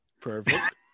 Perfect